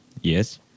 Yes